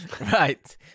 Right